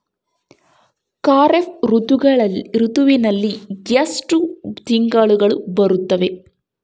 ಖಾರೇಫ್ ಋತುವಿನಲ್ಲಿ ಎಷ್ಟು ತಿಂಗಳು ಬರುತ್ತವೆ?